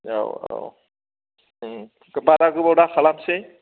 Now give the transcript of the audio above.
औ औ बारा गोबाव दाखालामसै